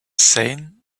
seye